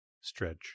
stretch